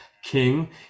king